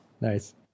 Nice